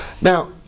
Now